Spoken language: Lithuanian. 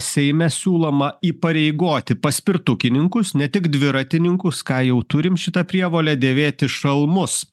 seime siūloma įpareigoti paspirtukininkus ne tik dviratininkus ką jau turim šitą prievolę dėvėti šalmus